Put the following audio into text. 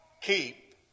keep